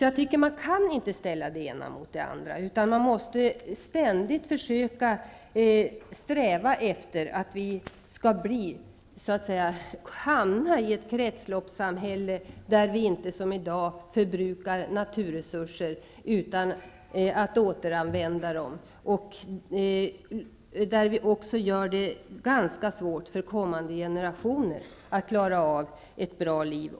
Jag tycker därför att vi inte kan ställa det ena mot det andra, utan vi måste ständigt försöka sträva efter att hamna i ett kretsloppssamhälle, där vi inte som i dag förbrukar naturresurser utan återanvänder dem. Om vi fortsätter som i dag gör vi det ganska svårt för kommande generationer att klara av ett bra liv.